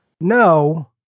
no